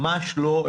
ממש לא,